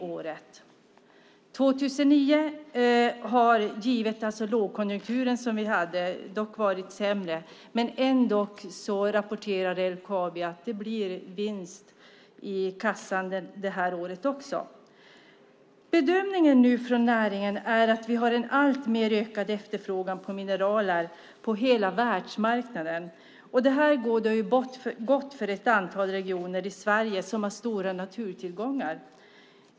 År 2009 har på grund av lågkonjunkturen varit sämre, men LKAB rapporterar att det blev vinst även det året. Bedömningen från näringen är att det är en ökande efterfrågan på mineraler på hela världsmarknaden. Det bådar gott för ett antal regioner i Sverige som har stora naturtillgångar.